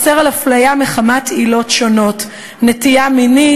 ואוסר אפליה מחמת עילות שונות: נטייה מינית,